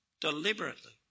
deliberately